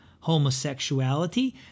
homosexuality